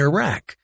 Iraq